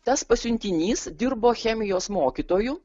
tas pasiuntinys dirbo chemijos mokytoju